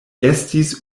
estis